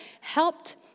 helped